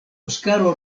oskaro